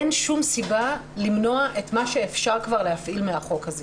אין שום סיבה למנוע את מה שאפשר כבר להפעיל מהחוק הזה.